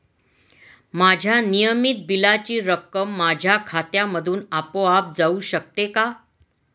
माझ्या नियमित बिलाची रक्कम माझ्या खात्यामधून आपोआप जाऊ शकते का?